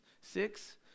six